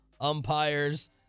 umpires